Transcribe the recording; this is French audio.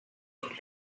toute